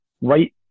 right